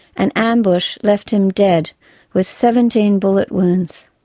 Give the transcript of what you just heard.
an ambush left him dead with seventeen bullet wounds.